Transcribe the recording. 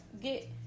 get